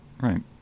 Right